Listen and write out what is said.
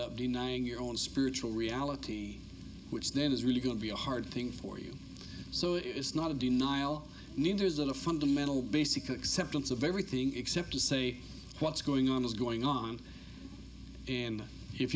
up denying your own spiritual reality which then is really going to be a hard thing for you so it is not a denial neither is it a fundamental basic acceptance of everything except to say what's going on is going on and if